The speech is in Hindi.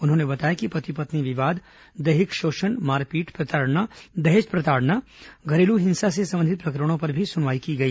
उन्होंने बताया कि पति पत्नी विवाद दैहिक शोषण मारपीट प्रताड़ना दहेज प्रताड़ना टोनही प्रताड़ना और घरेलू हिंसा से संबंधित प्रकरणों पर भी सुनवाई की गई